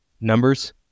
numbers